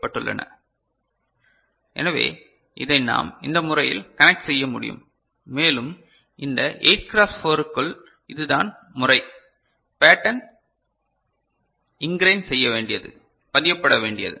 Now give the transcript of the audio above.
D0A0 D10 D2 ∑ m26 D3 ∑ m35 D4 ∑ m457 D5 ∑ m67 எனவே இதை நாம் இந்த முறையில் கனெக்ட் செய்ய முடியும் மேலும் இந்த 8 கிராஸ் 4 க்குள் இதுதான் முறை பேட்டன் இன்க்ரைன் செய்ய வேண்டியது பதியப்பட வேண்டியது